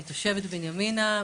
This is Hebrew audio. אני תושבת בנימינה,